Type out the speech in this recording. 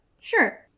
sure